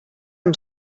amb